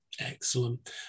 Excellent